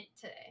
today